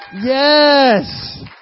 Yes